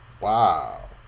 wow